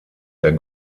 der